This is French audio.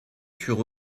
sur